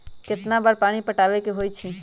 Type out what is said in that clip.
कितना बार पानी पटावे के होई छाई?